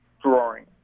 drawing